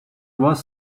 was